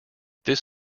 this